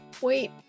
wait